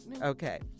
Okay